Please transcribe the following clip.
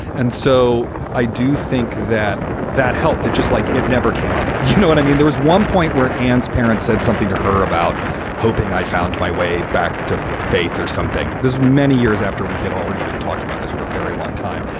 and so i do think that that helped it, just like it never came up. you know what i mean? there was one point where ann's parents said something to her about hoping i found my way back to faith or something. this many years after we had already been talking about this for a very long time.